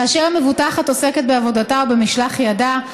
כאשר המבוטחת עוסקת בעבודתה או במשלח ידה,